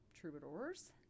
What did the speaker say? Troubadours